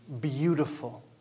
beautiful